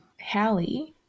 Hallie